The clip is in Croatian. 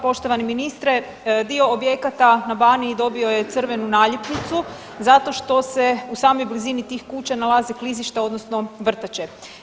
Poštovani ministre, dio objekata na Baniji dobio je crvenu naljepnicu, zato što se u samoj blizini tih kuća nalaze klizišta odnosno vrtače.